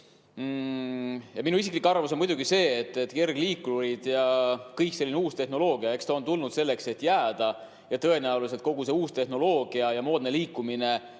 Minu isiklik arvamus on see, et kergliikurid ja kõik selline uus tehnoloogia on tulnud selleks, et jääda. Tõenäoliselt kogu see uus tehnoloogia ja moodne liikumine